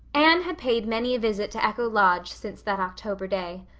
anne had paid many a visit to echo lodge since that october day.